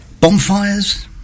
Bonfires